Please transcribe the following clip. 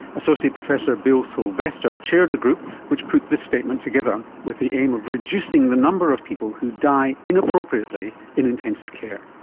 associate professor bill silvester chaired the group which put the statement together with the aim of reducing the number of people who die inappropriately in intensive care.